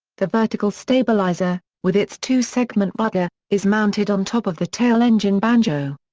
the vertical stabilizer, with its two-segment rudder, is mounted on top of the tail engine banjo.